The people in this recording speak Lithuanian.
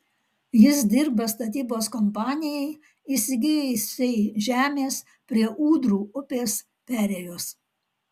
jis dirba statybos kompanijai įsigijusiai žemės prie ūdrų upės perėjos